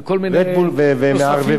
ובכלל זה,